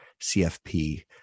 CFP